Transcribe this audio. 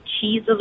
cheese